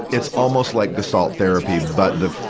it's almost like gestalt therapy, but the